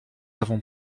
avons